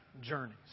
journeys